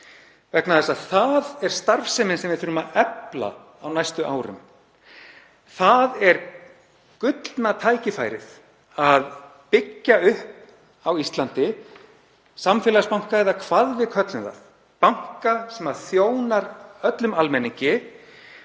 fjármálaaflanna. Það er starfsemi sem við þurfum að efla á næstu árum. Það er gullna tækifærið; að byggja upp á Íslandi samfélagsbanka, eða hvað við köllum það, banka sem þjóna öllum almenningi